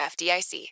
FDIC